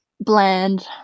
bland